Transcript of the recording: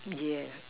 yes